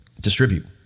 distribute